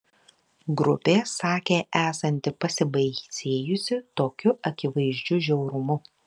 grupė sakė esanti pasibaisėjusi tokiu akivaizdžiu žiaurumu